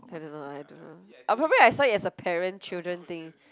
I don't know I don't know I'll probably I saw it as a parent children thing